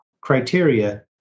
criteria